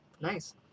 nice